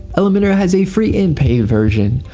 elementor has a free and paid version.